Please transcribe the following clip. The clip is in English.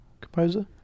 composer